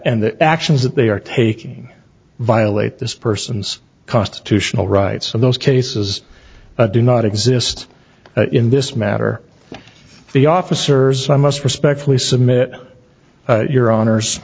and the actions that they are taking violate this person's constitutional rights of those cases that do not exist in this matter the officers i must respectfully submit your honor